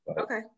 Okay